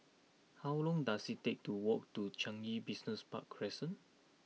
how long does it take to walk to Changi Business Park Crescent